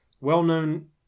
well-known